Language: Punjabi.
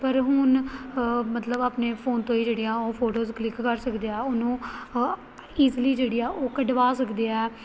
ਪਰ ਹੁਣ ਮਤਲਬ ਆਪਣੇ ਫੋਨ ਤੋਂ ਹੀ ਜਿਹੜੀਆਂ ਉਹ ਫੋਟੋਸ ਕਲਿਕ ਕਰ ਸਕਦੇ ਆ ਉਹਨੂੰ ਈਜ਼ਲੀ ਜਿਹੜੀ ਆ ਉਹ ਕਢਵਾ ਸਕਦੇ ਆ